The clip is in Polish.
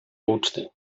uczty